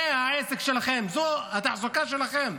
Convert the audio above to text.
זה העסק שלכם, זו התעסוקה שלכם.